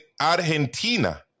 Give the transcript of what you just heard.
argentina